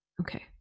Okay